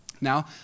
Now